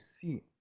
see